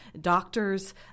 doctors